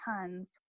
tons